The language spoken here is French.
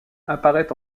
apparaît